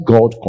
God